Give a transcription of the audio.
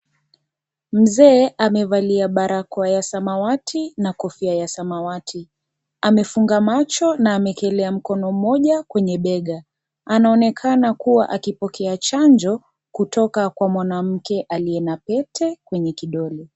Mzee amevalia barakoa ya samawati na kofia ya samawati. Amefunga macho na amewekelea mkono mmoja kwenye bega. Anaonekana kuwa akipokea chanjo kutoka kwa mwanamke aliye na pete kwenye kidole.